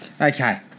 Okay